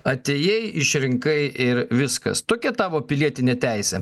atėjai išrinkai ir viskas tokia tavo pilietinė teisė